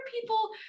people